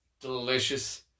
delicious